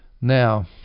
Now